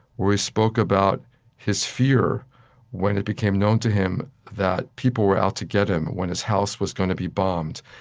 where he spoke about his fear when it became known to him that people were out to get him, when his house was going to be bombed.